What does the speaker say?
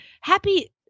Happy